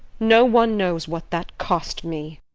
no one knows what that cost me.